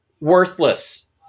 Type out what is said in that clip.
worthless